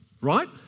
right